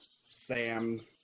Sam